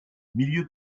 milieu